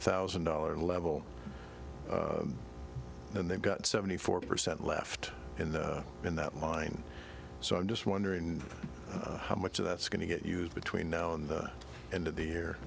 thousand dollar level then they've got seventy four percent left in the in that line so i'm just wondering how much that's going to get used between now and the end of the year